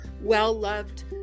well-loved